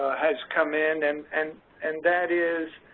has come in, and and and that is